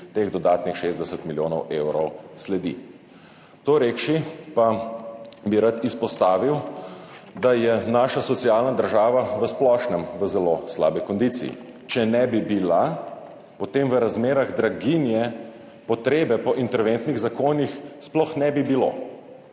teh dodatnih 60 milijonov evrov sledi. To rekši, bi pa rad izpostavil, da je naša socialna država v splošnem v zelo slabi kondiciji. Če ne bi bila, potem v razmerah draginje potrebe po interventnih zakonih sploh ne bi bilo,